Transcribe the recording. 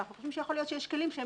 אנחנו חושבים שיכול להיות שיש כלים שהם